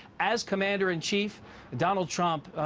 as commander-in-chief, donald trump,